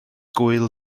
gŵyl